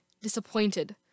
disappointed